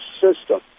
system